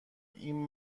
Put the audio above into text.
این